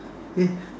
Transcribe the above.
yes